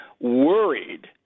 worried